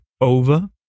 over